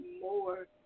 more